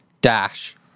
dash